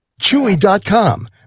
Chewy.com